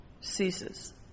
ceases